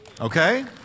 Okay